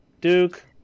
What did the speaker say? Duke